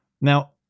Now